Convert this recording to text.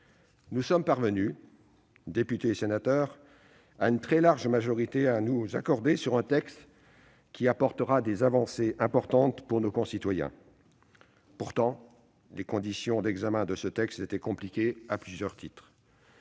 nous sommes parvenus, députés et sénateurs, à nous accorder sur un texte qui apportera des avancées importantes à nos concitoyens. Pourtant, les conditions d'examen de ce texte étaient compliquées à plusieurs titres.